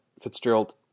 Fitzgerald